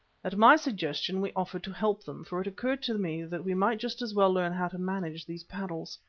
at my suggestion we offered to help them, for it occurred to me that we might just as well learn how to manage these paddles.